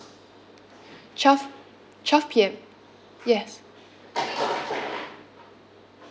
twelve twelve P_M yes